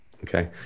okay